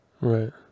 Right